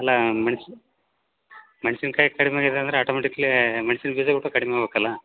ಅಲ್ಲ ಮೆಣಸು ಮೆಣಸಿನ್ಕಾಯಿ ಕಡಿಮೆ ಆಗಿದಂದರೆ ಆಟೋಮೆಟಿಕ್ಲಿ ಮೆಣ್ಸಿನ ಬೀಜ ಒಟ್ಟು ಕಡಿಮೆ ಆಗ್ಬೇಕಲ್ಲ